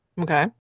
Okay